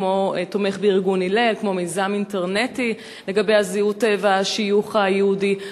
כמו מיזם אינטרנטי לגבי הזהות והשיוך היהודי,